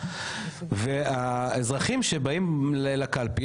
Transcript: והאזרחים שבאים לקלפי,